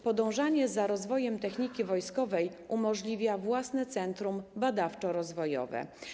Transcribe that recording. Podążanie za rozwojem techniki wojskowej umożliwia własne centrum badawczo-rozwojowe.